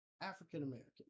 African-American